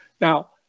Now